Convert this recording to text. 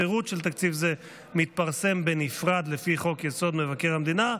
פירוט של תקציב זה מתפרסם בנפרד לפי חוק-יסוד: מבקר המדינה,